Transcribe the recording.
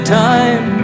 time